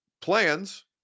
plans